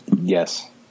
Yes